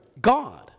God